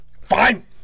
Fine